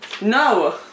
no